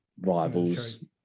rivals